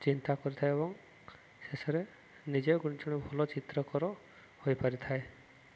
ଚିନ୍ତା କରିଥାଏ ଏବଂ ଶେଷରେ ନିଜେ ଜଣେ ଭଲ ଚିତ୍ରକର ହୋଇପାରିଥାଏ